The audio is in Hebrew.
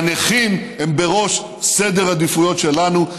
והנכים הם בראש סדר עדיפויות שלנו,